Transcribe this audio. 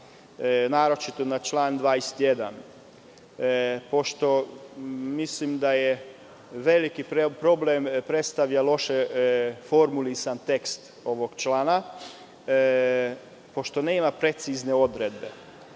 naročito na član 21, pošto mislim da je veliki problem loše formulisan tekst ovog člana, pošto nema precizne odredbe.